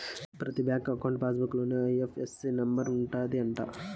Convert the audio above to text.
ప్రతి bank account passbook లోనే IFSC number ఉంటది అంట